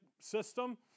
system